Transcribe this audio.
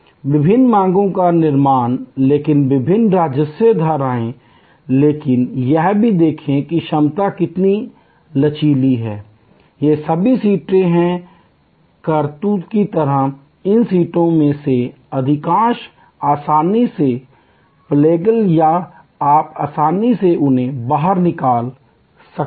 विभिन्न मांगों का निर्माण लेकिन विभिन्न राजस्व धाराएँ लेकिन यह भी देखें कि क्षमता कितनी लचीली है ये सभी सीटें हैं कारतूस की तरह इन सीटों में से अधिकांश आसानी से प्लगेबल हैं या आप आसानी से उन्हें बाहर निकाल सकते हैं